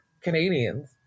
Canadians